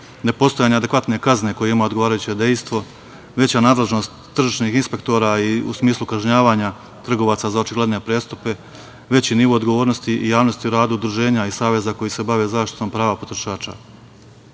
nepostojanje adekvatne kazne koja ima odgovarajuće dejstvo, veća nadležnost tržišnih inspektora u smislu kažnjavanja trgovaca za očigledne prestupe, veći nivo odgovornosti i javnosti u radu udruženja i saveza koji se bave zaštitom prava